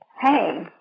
hey